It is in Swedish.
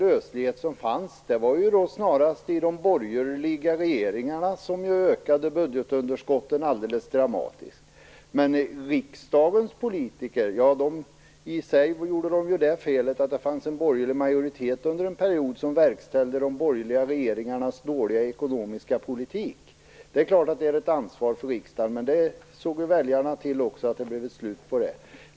Lösligheten fanns väl då snarast i de borgerliga regeringarna, som ökade budgetunderskotten alldeles dramatiskt. Det är klart att riksdagens politiker hade ett ansvar på så vis att det under en period fanns en borgerlig majoritet som verkställde de borgerliga regeringarnas dåliga ekonomiska politik, men väljarna såg ju till att det blev ett slut på detta.